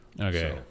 Okay